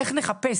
איך נחפש,